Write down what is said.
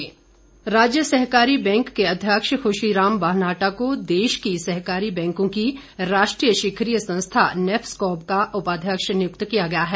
बालनाहटा राज्य सहकारी बैंक के अध्यक्ष खुशी राम बालनाहटा को देश की सहकारी बैंकों की राष्ट्रीय शिखरीय संस्था नैफस्कॉब का उपाध्यक्ष निर्वाचित किया गया है